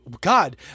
God